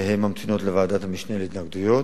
והן ממתינות לוועדת המשנה להתנגדויות.